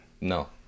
No